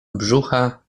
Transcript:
brzucha